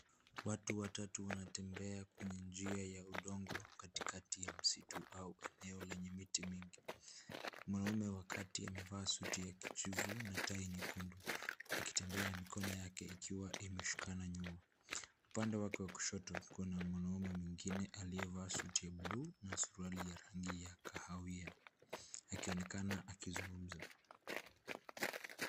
Watu watatu wanatembea kwenye njia ya udongo katikatai ya msitu au eneo lenye miti mingi. Mwanamume wa kati amevaa suti ya kijivu na tai nyekundu akitembea na mikono yake ikiwa imeshikana nyuma. Upande ake wa kushoto kuna mwanamume mwengine aliyevaa suti ya buluu na suruali ya rangi ya kahawia akionekana akizungumza.